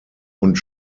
und